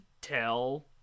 tell